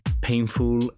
painful